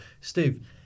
Steve